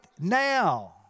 now